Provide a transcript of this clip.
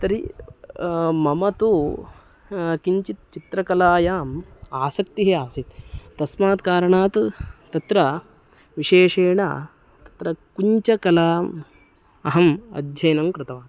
तर्हि मम तु किञ्चित् चित्रकलायाम् आसक्तिः आसीत् तस्मात् कारणात् तत्र विशेषेण तत्र कुञ्चकलाम् अहम् अध्ययनं कृतवान्